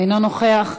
אינו נוכח.